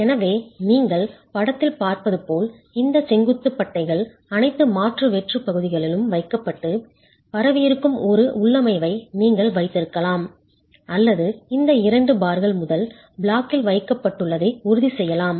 எனவே நீங்கள் படத்தில் பார்ப்பது போல் இந்த செங்குத்து பட்டைகள் அனைத்து மாற்று வெற்றுப் பகுதிகளிலும் வைக்கப்பட்டு பரவியிருக்கும் ஒரு உள்ளமைவை நீங்கள் வைத்திருக்கலாம் அல்லது இந்த இரண்டு பார்கள் முதல் பிளாக்கில் வைக்கப்பட்டுள்ளதை உறுதிசெய்யலாம்